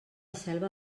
selva